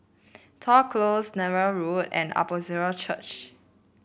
Toh Close Netheravon Road and Apostolic Church